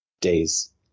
days